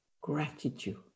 gratitude